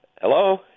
Hello